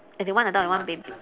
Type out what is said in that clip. as in one adult and one baby